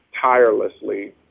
tirelessly